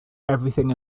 everything